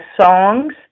songs